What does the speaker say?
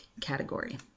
category